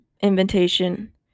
invitation